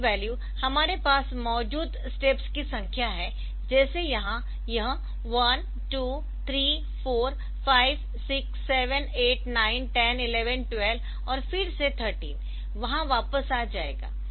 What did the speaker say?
count value हमारे पास मौजूद स्टेप्स की संख्या है जैसे यहाँ यह 1 2 3 4 5 6 7 8 9 10 11 12 और फिर से 13वहाँ वापस आ जाएगा